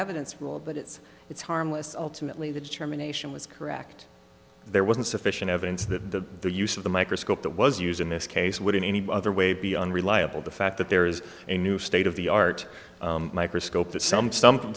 evidence rule but it's it's harmless ultimately the determination was correct there wasn't sufficient evidence that the use of the microscope that was used in this case would in any other way be unreliable the fact that there is a new state of the art microscope that some some